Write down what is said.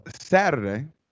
Saturday